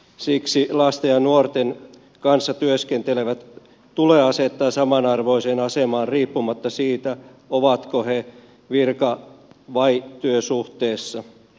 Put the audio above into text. siksi lasten ja nuorten kanssa työskentelevät tulee asettaa samanarvoiseen asemaan riippumatta siitä ovatko he virka vai työsuhteessa